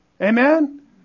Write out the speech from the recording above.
Amen